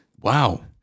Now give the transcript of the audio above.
Wow